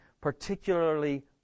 particularly